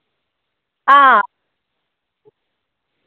हां